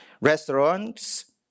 restaurants